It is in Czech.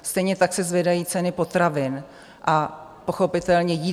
Stejně tak se zvedají ceny potravin a pochopitelně jídla.